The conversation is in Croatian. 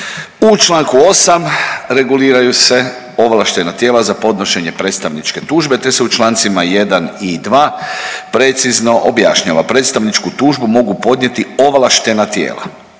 U čl. 8. reguliraju se ovlaštena tijela za podnošenje predstavniče tužbe te se u čl. 1. i 2. precizno objašnjava predstavničku tužbu mogu podnijeti ovlaštena tijela